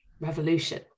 revolution